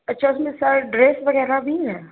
اچھا اس میں سر ڈریس وغیرہ بھی ہے